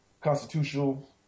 constitutional